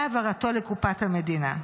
והעברתו לקופת המדינה.